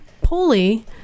pulley